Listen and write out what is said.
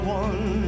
one